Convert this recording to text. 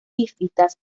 epífitas